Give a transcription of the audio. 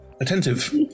attentive